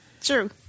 True